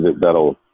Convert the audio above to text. that'll